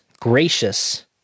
gracious